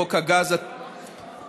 חוק הגז הפחמימני,